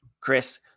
Chris